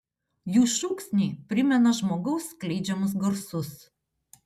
jų šūksniai primena žmogaus skleidžiamus garsus